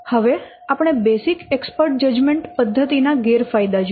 હવે આપણે basic expert judgement પદ્ધતિ ના ગેરફાયદા જોઈએ